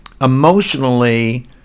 emotionally